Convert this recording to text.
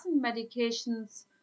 medications